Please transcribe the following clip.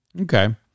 Okay